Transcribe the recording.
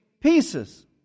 pieces